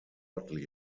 shortly